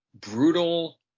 brutal